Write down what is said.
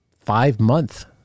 five-month